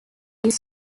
this